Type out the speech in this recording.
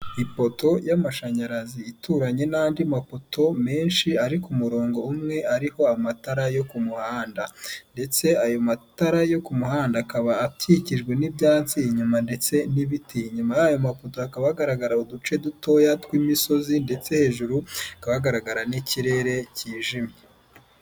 Ipoto y'amashanyarazi ituranye n'andi mapoto menshi ari ku murongo umwe ariko amatara yo ku muhanda ,ndetse ayo matara yo ku muhanda akaba akikijwe n'ibyatsi inyuma ndetse n'ibiti inyuma y'ayo mapoto ,hakaba hagaragara uduce dutoya tw'imisozi ndetse hejuru hakaba hagaragara n'ikirere kijimye.